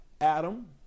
Adam